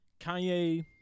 Kanye